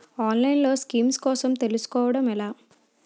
ఆన్లైన్లో స్కీమ్స్ కోసం తెలుసుకోవడం ఎలా?